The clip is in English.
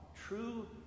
True